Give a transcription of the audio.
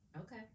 Okay